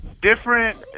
different